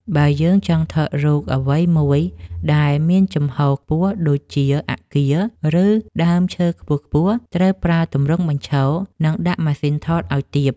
បើយើងចង់ថតរូបអ្វីមួយដែលមានជំហរខ្ពស់ដូចជា អាគារ ឬដើមឈើខ្ពស់ៗ ត្រូវប្រើទម្រង់បញ្ឈរ និងដាក់ម៉ាស៊ីនថតឱ្យទាប។